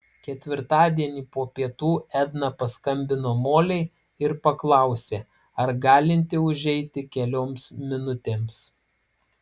ketvirtadienį po pietų edna paskambino molei ir paklausė ar galinti užeiti kelioms minutėms